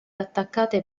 attaccate